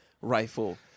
rifle